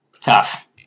Tough